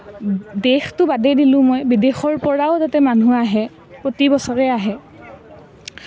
দেশতো বাদেই দিলোঁ মই বিদেশৰ পৰাও তাতে মানুহ আহে প্ৰতি বছৰে আহে